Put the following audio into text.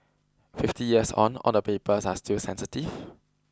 fifty years on all the papers are still sensitive